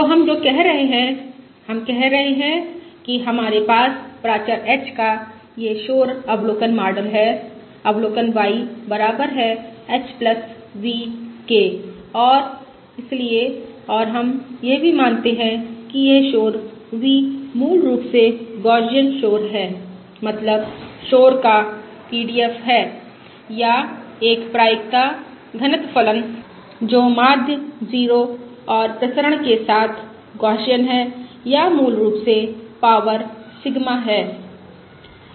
तो हम क्या कह रहे हैं हम कह रहे हैं कि हमारे पास प्राचर h का यह शोर अवलोकन मॉडल है अवलोकन y बराबर है h v और इसलिए और हम यह भी मानते हैं कि यह शोर v मूल रूप से गौसियन शोर है मतलब शोर का एक PDF है या एक प्रायिकता घनत्व फलन जो माध्य 0 और प्रसरण के साथ गौसियन है या मूल रूप से पावर सिग्मा है